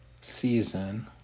season